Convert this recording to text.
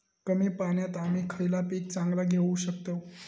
कमी पाण्यात आम्ही खयला पीक चांगला घेव शकताव?